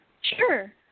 Sure